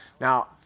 Now